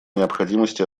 необходимости